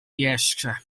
jeszcze